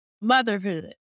motherhood